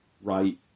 right